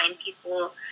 people